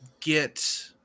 get